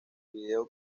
video